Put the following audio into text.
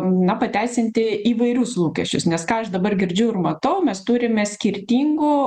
na pateisinti įvairius lūkesčius nes ką aš dabar girdžiu ir matau mes turime skirtingų